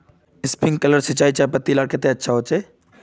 Sprinkler सिंचाई चयपत्ति लार केते अच्छा होचए?